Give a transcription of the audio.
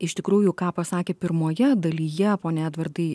iš tikrųjų ką pasakė pirmoje dalyje ponia edvardai